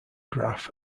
graph